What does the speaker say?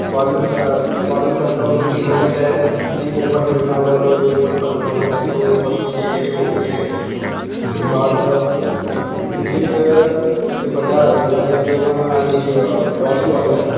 bowling का bowling करता हूँ जैसे कि होता क्या है एक ओवर फेंकना हुआ तो एक ओवर में फश्ट ओवर मैं फेंकता हूँ एक ओवर में छः गेंदे होती हैं उसके बाद क्रिकेट के बजाय मेरा एक गेम है ये बॉलीबॉल है